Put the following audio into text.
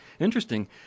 Interesting